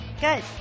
Good